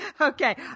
Okay